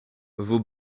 vos